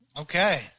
Okay